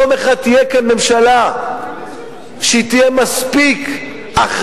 יום אחד תהיה כאן ממשלה שהיא תהיה מספיק אחראית,